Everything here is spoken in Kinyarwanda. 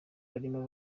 barimo